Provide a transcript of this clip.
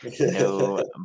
No